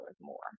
more